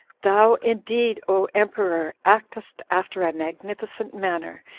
thou, indeed, o emperor! actest after a magnificent manner,